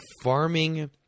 farming